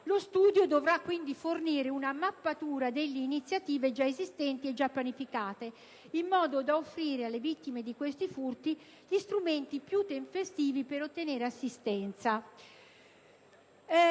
Lo studio dovrà quindi fornire una mappatura delle iniziative già esistenti o già pianificate, in modo da offrire alle vittime di questi furti gli strumenti più tempestivi per ottenere assistenza.